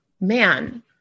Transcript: man